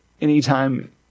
anytime